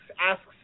asks